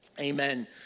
amen